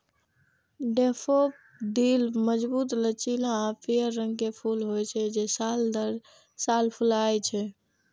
daffodil मजबूत, लचीला आ पीयर रंग के फूल होइ छै, जे साल दर साल फुलाय छै